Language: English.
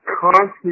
constantly